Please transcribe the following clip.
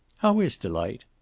how is delight?